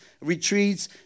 retreats